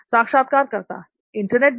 साक्षात्कारकर्ता इंटरनेट भी